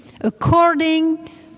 according